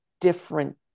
different